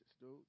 dude